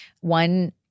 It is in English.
one